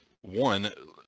one